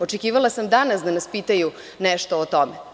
Očekivala sam danas da nas pitaju nešto o tome.